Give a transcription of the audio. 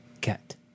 cat